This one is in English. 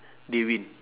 they win